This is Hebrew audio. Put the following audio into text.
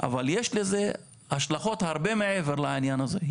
אבל יש לזה השלכות הרבה מעבר לעניין הזה.